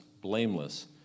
blameless